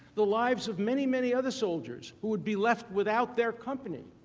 the lives of many many other soldiers who would be left without their company.